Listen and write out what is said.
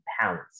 pounds